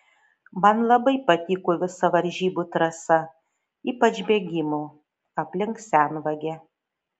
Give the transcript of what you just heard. man labai patiko visa varžybų trasa ypač bėgimo aplink senvagę